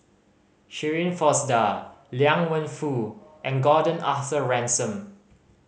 Shirin Fozdar Liang Wenfu and Gordon Arthur Ransome